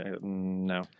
No